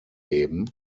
geben